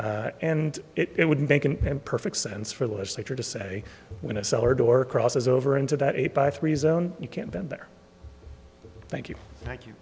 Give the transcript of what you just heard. zone and it would make an imperfect sense for the legislature to say when a cellar door crosses over into that eight by free zone you can't bend there thank you thank you